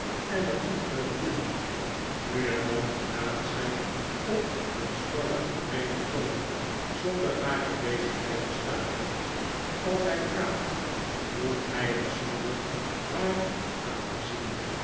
en er in te roeren nu en dan praat zy op een schorren teyreden toon zonder hare bezigheid te staken als hy praat doet hjj het zonder haar aan te zien